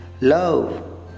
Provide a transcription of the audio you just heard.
love